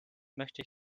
möchte